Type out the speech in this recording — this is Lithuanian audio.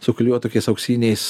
suklijuoja tokiais auksiniais